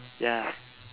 ya